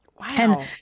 Wow